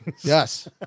yes